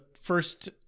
first